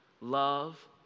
love